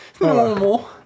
Normal